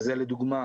וזה לדוגמה,